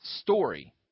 story